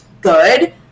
good